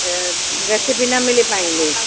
recipe न मिली पाईंदी